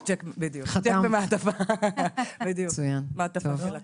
בדיוק, מעטפה של הכרה.